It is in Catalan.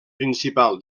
principal